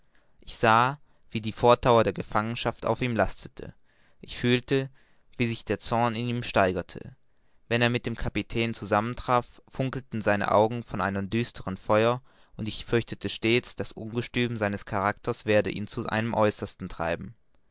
ich sah wie die fortdauer der gefangenschaft auf ihm lastete ich fühlte wie sich der zorn in ihm steigerte wenn er mit dem kapitän zusammen traf funkelten seine augen von einem düsteren feuer und ich fürchtete stets das ungestüm seines charakters werde ihn zu einem aeußersten treiben